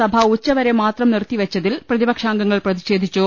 സഭ ഉച്ചവരെ മാത്രം നിർത്തിവെച്ചതിൽ പ്രതിപക്ഷാംഗങ്ങൾ പ്രതി ഷേധിച്ചു